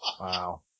Wow